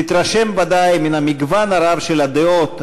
תתרשם ודאי מן המגוון הרב של הדעות,